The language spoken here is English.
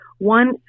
one